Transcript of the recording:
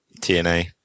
TNA